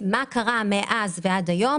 מה קרה מאז ועד היום?